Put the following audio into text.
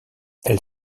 elle